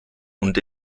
und